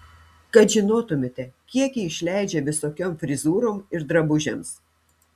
kad žinotumėte kiek ji išleidžia visokiom frizūrom ir drabužiams